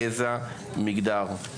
גזע ומגדר.